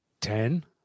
Ten